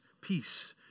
peace